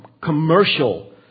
commercial